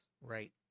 right